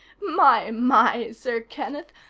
my, my, sir kenneth,